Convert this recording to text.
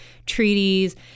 treaties